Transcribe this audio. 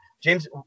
James